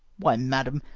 why, madam,